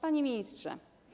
Panie Ministrze!